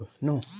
No